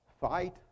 Fight